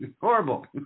Horrible